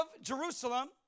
Jerusalem